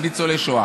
על ניצולי שואה,